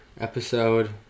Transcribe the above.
Episode